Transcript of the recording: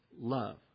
love